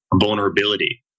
vulnerability